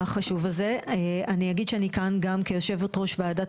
אני אגיד שאני כאן גם כיושבת ראש ועדת